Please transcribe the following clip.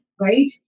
right